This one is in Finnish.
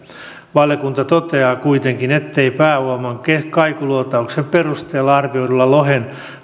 valiokunta toteaa kuitenkin ettei pääuoman kaikuluotauksen perusteella arvioidulla lohien